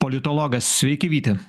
politologas sveiki vyti